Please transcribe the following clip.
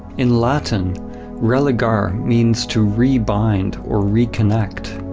in latin religare means to re-bind or reconnect.